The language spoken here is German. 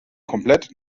komplett